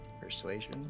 persuasion